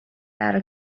برا